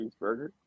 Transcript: cheeseburger